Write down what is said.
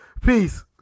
Peace